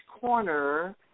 corner